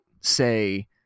say